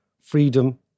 freedom